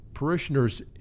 parishioners